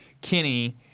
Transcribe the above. Kinney